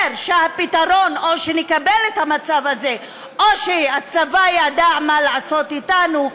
שהפתרון הוא או שנקבל את המצב הזה או ש"הצבא ידע מה לעשות" אתנו,